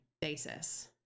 basis